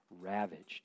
ravaged